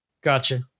Gotcha